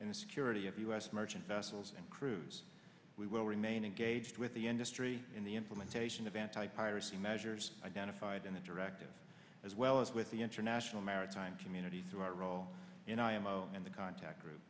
and security of u s merchant vessels and crews we will remain engaged with the industry in the implementation of anti piracy measures identified in the directive as well as with the international maritime community through our role in imo and the contact group